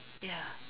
ya